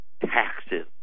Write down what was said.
taxes